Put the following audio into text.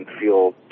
feel